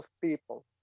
people